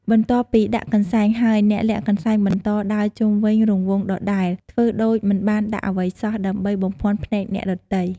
បន្ទាប់ពីដាក់កន្សែងហើយ អ្នកលាក់កន្សែងបន្តដើរជុំវិញរង្វង់ដដែល ធ្វើដូចមិនបានដាក់អ្វីសោះ ដើម្បីបំភាន់ភ្នែកអ្នកដទៃ។